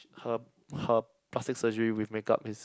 her her plastic surgery with make up is